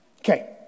Okay